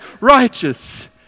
righteous